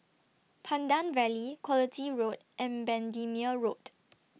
Pandan Valley Quality Road and Bendemeer Road